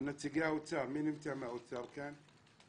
נציגי האוצר מי נמצא מהאוצר כאן?